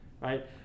right